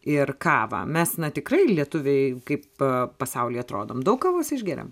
ir kavą mes na tikrai lietuviai kaip pasaulyje atrodom daug kavos išgeriam